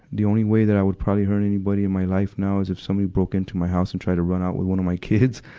the only way that i would probably hurt anybody in my life now is if somebody broke into my house and tried to run out with one of my kids.